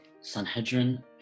Sanhedrin